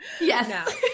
Yes